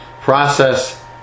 process